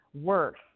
worse